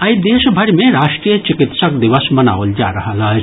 आइ देश भरि मे राष्ट्रीय चिकित्सक दिवस मनाओल जा रहल अछि